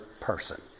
person